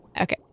Okay